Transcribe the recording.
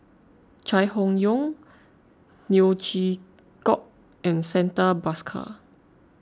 Chai Hon Yoong Neo Chwee Kok and Santha Bhaskar